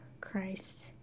Christ